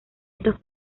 estos